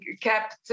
kept